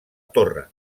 torre